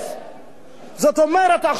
עכשיו באים ואומרים לנו,